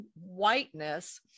whiteness